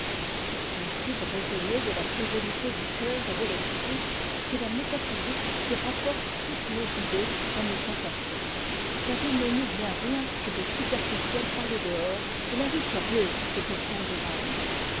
le principe raisonné de la frivolité du cceur et de l'esprit c'est la métaphysique qui rapporte toutes nos idées à nos sensations car il ne nous vient rien que de superficiel par le dehors et la vie sérieuse est au fond de l'âme